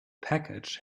package